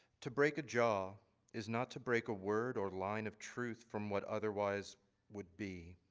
to break a jaw is not to break a word or line of truth from what otherwise would be.